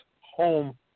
home